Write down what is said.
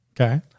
Okay